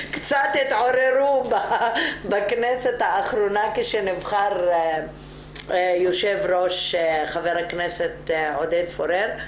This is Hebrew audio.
קצת התעוררו בכנסת האחרונה כשנבחר יו"ר ח"כ עודד פורר,